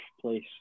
place